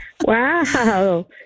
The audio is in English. Wow